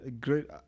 great